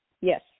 Yes